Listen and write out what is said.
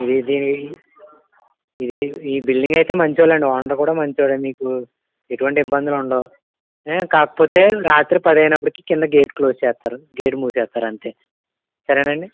ఇది దీనికి ఇది ఈ బిల్డింగ్ అయితే మంచి వాళ్ళండి ఓనర్ కూడా మంచి వాడే మీకు ఎటువంటి ఇబ్బందులు ఉండవు కాకపోతే రాత్రి పది అయినప్పటికి కింద గేట్ క్లోజ్ చేస్తారు గేట్ మూసేస్తారు అంతే సరే అండి